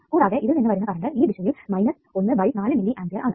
കൂടാതെ ഇതിൽ നിന്നു വരുന്ന കറണ്ട് ഈ ദിശയിൽ മൈനസ് 1 ബൈ 4 മില്ലി ആംപിയർ ആണ്